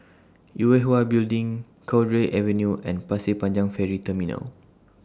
Yue Hwa Building Cowdray Avenue and Pasir Panjang Ferry Terminal